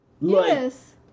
Yes